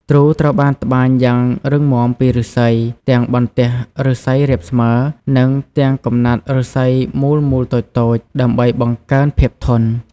ទ្រូត្រូវបានត្បាញយ៉ាងរឹងមាំពីឫស្សី ទាំងបន្ទះឫស្សីរាបស្មើ និងទាំងកំណាត់ឫស្សីមូលៗតូចៗ ដើម្បីបង្កើនភាពធន់។